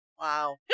Wow